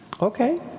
Okay